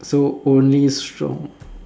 so only strong